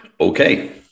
Okay